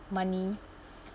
money